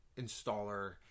installer